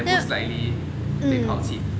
then most likely 被抛弃